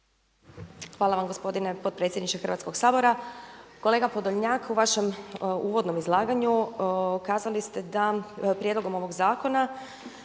Hvala vam gospodine potpredsjedniče Hrvatskog sabora. Kolega Podolnjak u vašem uvodnom izlaganju kazali ste da prijedlogom ovog zakona